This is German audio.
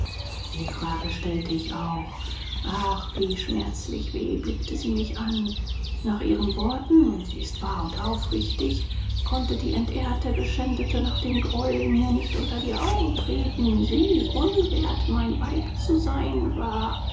die frage stellte ich auch ach wie schmerzlich weh blickte sie mich an nach ihren worten und sie ist wahr und aufrichtig konnte die entehrte geschändete nach dem greuel mir nicht unter die augen treten sie unwert mein weib zu sein war